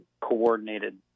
coordinated